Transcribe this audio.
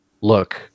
look